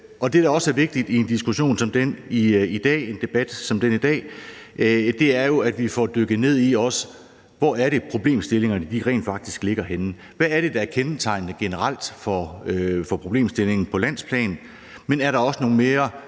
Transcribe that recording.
som den i dag, en debat som den i dag, er jo, at vi også får dykket ned i, hvor det er, problemstillingerne rent faktisk ligger. Hvad er det, der er kendetegnende generelt for problemstillingen på landsplan?